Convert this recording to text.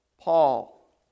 Paul